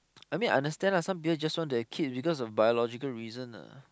I mean I understand lah some people just want to have kids because of biological reasons lah